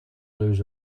lose